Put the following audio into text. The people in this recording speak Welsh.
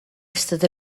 ystod